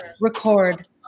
record